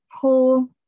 pull